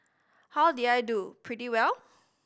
how did I do pretty well